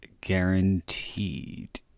guaranteed